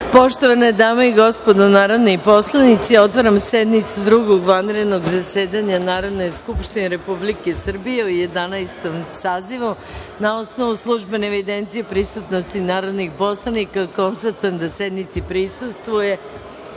Poštovane dame i gospodo narodni poslanici, otvaram sednicu Drugog vanrednog zasedanja Narodne skupštine Republike Srbije u Jedanaestom sazivu. Na osnovu službene evidencije o prisutnosti narodnih poslanika konstatujem da sednici prisustvuje